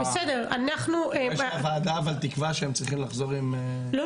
אני לא ה- -- יש לוועדה תקוה שהם צריכים לחזור עם --- לא,